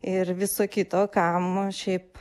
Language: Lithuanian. ir viso kito kam šiaip